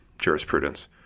jurisprudence